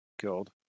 killed